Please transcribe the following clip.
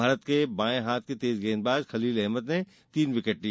भारत के बांये हाथ के तेज गेंदबाज खलील अहमद ने तीन विकेट लिए